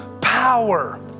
power